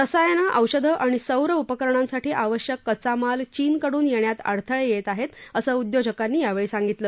रसायनं औषधं आणि सौर उपकरणांसाठी आवश्यक कच्चा माल चीनकडून येण्यात अडथळे येत असं उद्योजकांनी यावेळी सांगितलं